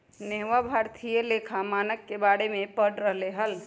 नेहवा भारतीय लेखा मानक के बारे में पढ़ रहले हल